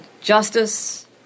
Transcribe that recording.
justice